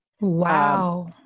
Wow